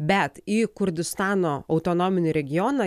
bet į kurdistano autonominį regioną